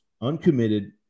uncommitted